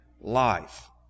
life